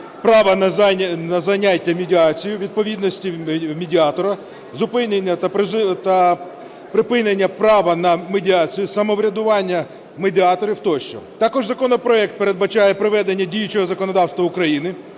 права на зайняття медіацією, відповідності медіатора, зупинення та припинення права на медіацію, самоврядування медіаторів тощо. Також законопроект передбачає проведення діючого законодавства України